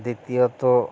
দ্বিতীয়ত